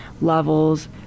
levels